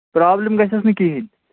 problem گژھٮ۪س نہٕ کِہیٖنۍ